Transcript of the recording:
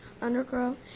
Undergrowth